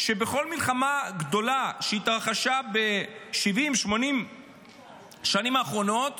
שבכל מלחמה גדולה שהתרחשה ב-70 80 השנים האחרונות